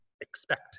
expect